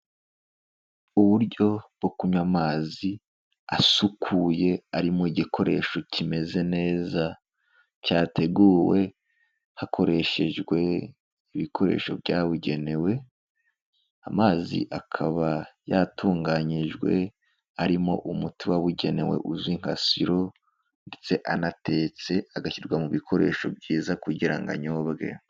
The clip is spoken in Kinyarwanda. Uburyo bwo kunywa amazi asukuye ari mu gikoresho kimeze neza, cyateguwe hakoreshejwe ibikoresho byabugenewe, amazi akaba yatunganyijwe arimo umuti wabugenewe uzwi nka silo ndetse anatetse agashyirwa mu bikoresho byiza kugira ngo anyobwe.